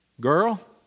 girl